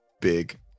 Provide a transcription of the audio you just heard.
big